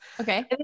okay